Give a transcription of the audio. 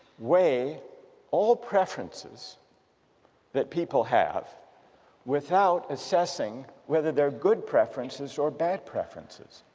weigh all preferences that people have without assessing whether they're good preferences or bad preferences